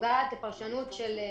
הנוגעת לפרשנות של חוק-יסוד: